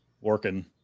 working